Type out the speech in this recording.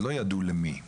עוד לא ידעו למי.